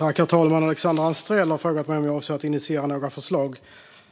Herr talman! Alexandra Anstrell har frågat mig om jag avser att initiera några förslag